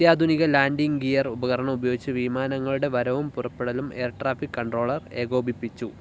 അത്യാധുനിക landing gear ഉപകരണം ഉപയോഗിച്ച് വിമാനങ്ങളുടെ വരവും പുറപ്പെടലും എയർ ട്രാഫിക് കൺട്രോളർ ഏകോപിപ്പിച്ചു